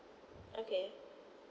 okay